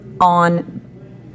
on